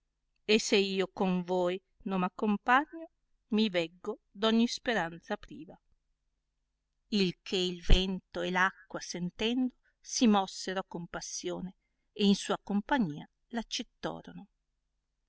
e se io con voi non ra accompagno mi veggo d ogni speranza priva il che il vento e l'acqua sentendo si mossero a compassione e in sua compagnia accettorono